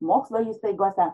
mokslo įstaigose